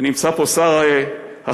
ונמצא פה שר החלל,